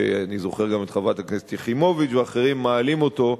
שאני זוכר גם את חברת הכנסת יחימוביץ ואחרים מעלים אותו,